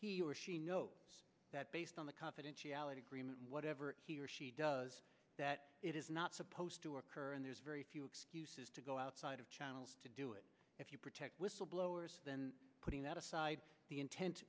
he or she knows that based on the confidentiality agreement whatever he or she does that it is not supposed to occur and there's very few excuses to go outside of channels to do it if you protect whistleblowers then putting that aside the intent